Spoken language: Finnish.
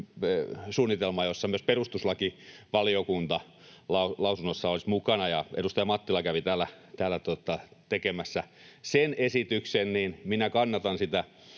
suunnitelma, jossa myös perustuslakivaliokunta lausunnossa olisi mukana. Ja kun edustaja Mattila kävi täällä tekemässä sen esityksen, niin minä kannatan sitä